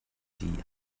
die